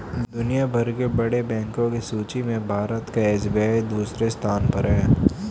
दुनिया भर के बड़े बैंको की सूची में भारत का एस.बी.आई दसवें स्थान पर है